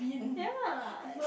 ya lah